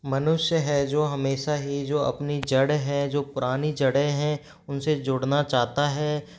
मनुष्य है जो हमेशा ही जो अपनी जड़ है जो पुरानी जड़ें हैं उनसे जुड़ना चाहता है